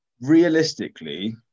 Realistically